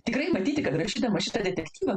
tikrai matyti kad rašydama šitą detektyvą